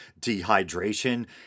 dehydration